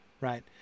right